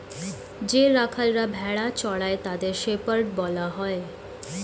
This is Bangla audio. যে রাখালরা ভেড়া চড়ায় তাদের শেপার্ড বলা হয়